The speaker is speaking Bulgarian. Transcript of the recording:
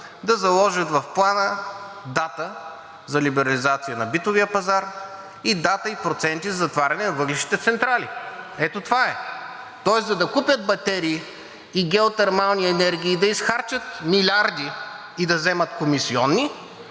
да заложат в Плана дата за либерализация на битовия пазар и дата и проценти за затваряне на въглищните централи. Ето това е. Тоест, за да купят батерии и геотермални енергии, да изхарчат милиарди и да вземат комисиони,